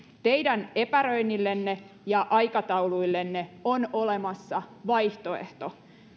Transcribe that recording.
teidän epäröinnillenne ja aikatauluillenne on olemassa vaihtoehto